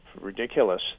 ridiculous